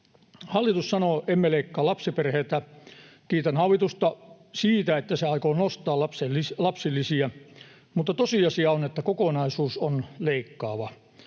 Hallitus sanoo: ”Emme leikkaa lapsiperheiltä.” Kiitän hallitusta siitä, että se aikoo nostaa lapsilisiä. Mutta tosiasia on, että kokonaisuus on leikkaava: